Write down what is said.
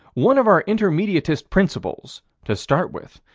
one of our intermediatist principles, to start with,